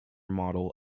model